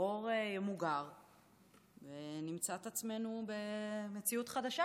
הטרור ימוגר ונמצא את עצמנו במציאות חדשה,